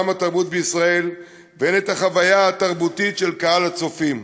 ועולם התרבות בישראל והן את החוויה התרבותית של קהל הצופים.